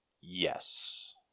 Yes